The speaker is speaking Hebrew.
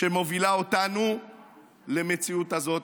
מובילה אותנו למציאות הזאת.